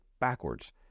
backwards